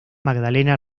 magdalena